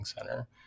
center